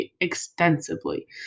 extensively